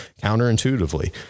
counterintuitively